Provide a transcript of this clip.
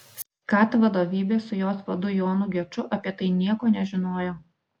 skat vadovybė su jos vadu jonu geču apie tai nieko nežinojo